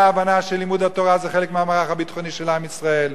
הבנה שלימוד התורה זה חלק מהמערך הביטחוני של עם ישראל,